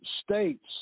states